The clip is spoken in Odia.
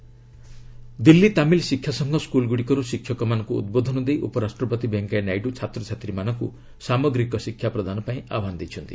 ନାଇଡୁ ଟିଚ୍ଚର୍ସ ଦିଲ୍ଲୀ ତାମିଲ୍ ଶିକ୍ଷାସଂଘ ସ୍କୁଲ୍ଗୁଡ଼ିକରୁ ଶିକ୍ଷକମାନଙ୍କୁ ଉଦ୍ବୋଧନ ଦେଇ ଉପରାଷ୍ଟ୍ରପତି ଭେଙ୍କୟା ନାଇଡ଼ୁ ଛାତ୍ରଛାତ୍ରୀମାନଙ୍କୁ ସାମଗ୍ରୀକ ଶିକ୍ଷା ପ୍ରଦାନ ପାଇଁ ଆହ୍ବାନ ଦେଇଛନ୍ତି